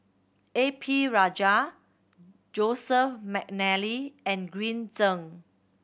A P Rajah Joseph McNally and Green Zeng